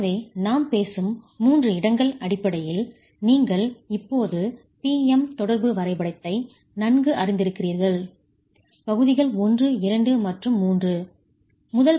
எனவே நாம்பேசும் 3 இடங்கள் அடிப்படையில் நீங்கள் இப்போது P M தொடர்பு வரைபடத்தை நன்கு அறிந்திருக்கிறீர்கள் பகுதிகள் 1 2 மற்றும் 3